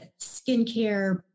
skincare